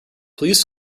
please